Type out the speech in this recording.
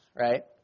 right